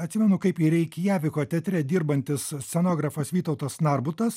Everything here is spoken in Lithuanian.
atsimenu kaip į reikjaviko teatre dirbantis scenografas vytautas narbutas